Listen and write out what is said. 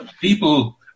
people